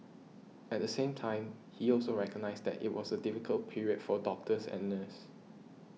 at the same time he also recognised that it was a difficult period for doctors and nurses